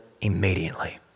immediately